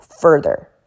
further